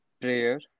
prayer